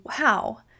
wow